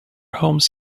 homes